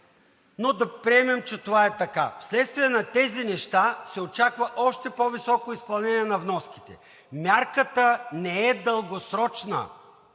но да приемем, че това е така. Вследствие на тези неща се очаква още по-високо изпълнение на вноските. Мярката не е дългосрочна.